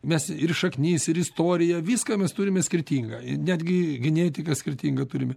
mes ir šaknis ir istoriją viską mes turime skirtingą ir netgi genetiką skirtingą turime